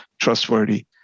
trustworthy